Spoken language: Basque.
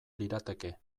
lirateke